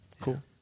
cool